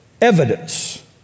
evidence